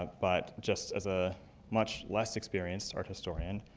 but just as a much less experienced art historian,